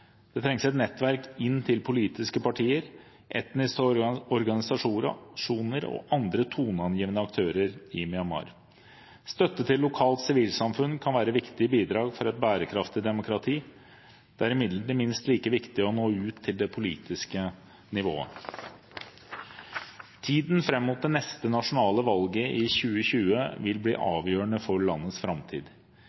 Det trengs et nettverk inn til politiske partier, etniske organisasjoner og andre toneangivende aktører i Myanmar. Støtte til lokalt sivilsamfunn kan være et viktig bidrag til et bærekraftig demokrati. Det er imidlertid minst like viktig å nå ut til det politiske nivået. Tiden fram mot det neste nasjonale valget i 2020 vil bli